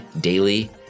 daily